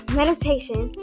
meditation